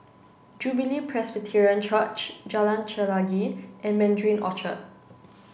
Jubilee Presbyterian Church Jalan Chelagi and Mandarin Orchard